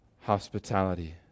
hospitality